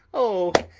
oh,